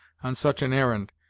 on such an arr'nd,